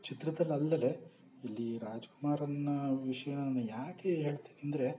ಚಿತ್ರದಲ್ಲಲ್ಲದೇ ಇಲ್ಲಿ ರಾಜ್ಕುಮಾರನ್ನ ವಿಷಯ ನಾನು ಯಾಕೆ ಹೇಳ್ತಿದಿನಂದ್ರೆ